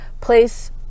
place